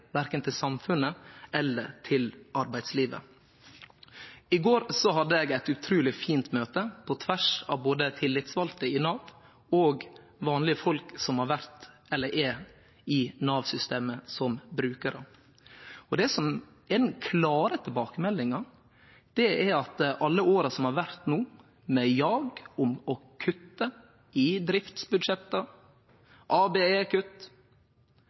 verken til samfunnet eller til arbeidslivet. I går hadde eg eit utruleg fint møte på tvers av både tillitsvalde av Nav og vanlege folk som har vore eller er i Nav-systemet som brukarar. Det som er den klare tilbakemeldinga, er at alle åra som har vore no, med jag om å kutte i driftsbudsjetta